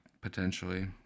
potentially